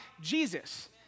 Jesus